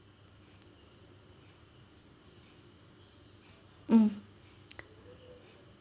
mm